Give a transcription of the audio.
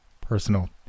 personal